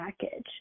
package